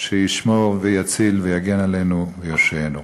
שישמור ויציל ויגן עלינו ויושיענו.